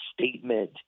statement